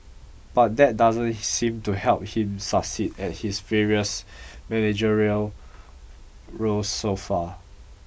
but that doesn't seemed to help him succeed at his various managerial roles so far